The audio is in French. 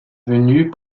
venue